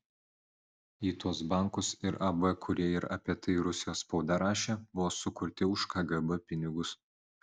į tuos bankus ir ab kurie ir apie tai rusijos spauda rašė buvo sukurti už kgb pinigus